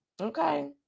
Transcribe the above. Okay